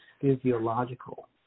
physiological